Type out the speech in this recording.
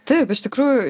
taip iš tikrųjų